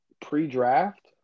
pre-draft